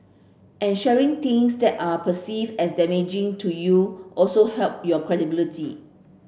and sharing things that are perceived as damaging to you also help your credibility